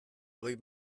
goi